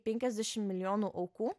penkiasdešimt milijonų aukų